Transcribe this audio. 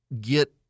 get